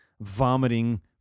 vomiting